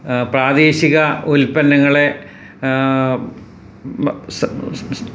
പ്രാദേശിക ഉൽപ്പന്നങ്ങളെ